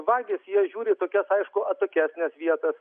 vagys jie žiūri tokias aišku atokesnes vietas